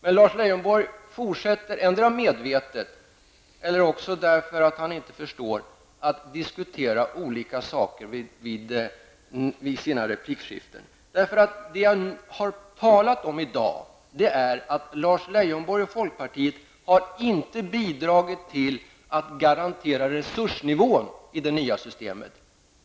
Men Lars Leijonborg fortsätter, antingen medvetet eller därför att han inte förstår, att diskutera olika saker i sina repliker. Det som jag har talat om i dag är att Lars Leijonborg och folkpartiet inte har bidragit till att garantera resursnivån i det nya systemet.